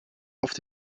auf